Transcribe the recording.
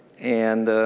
and